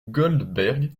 goldberg